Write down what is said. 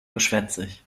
geschwätzig